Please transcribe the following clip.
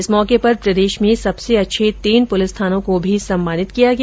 इस अवसर पर प्रदेश में सबसे अच्छे तीन पुलिस थानों को भी सम्मानित किया गया